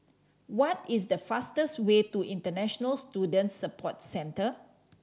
what is the fastest way to International Student Support Centre